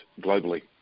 globally